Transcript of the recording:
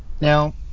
Now